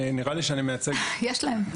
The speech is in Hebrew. יש להם.